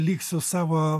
liksiu savo